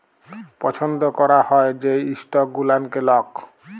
পছল্দ ক্যরা হ্যয় যে ইস্টক গুলানকে লক